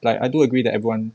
like I do agree that everyone